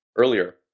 earlier